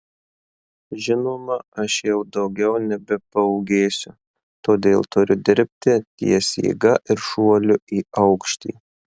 žinoma aš jau daugiau nebepaūgėsiu todėl turiu dirbti ties jėga ir šuoliu į aukštį